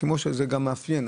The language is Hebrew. זה גם מאפיין,